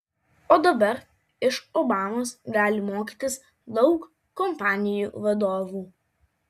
o dabar iš obamos gali mokytis daug kompanijų vadovų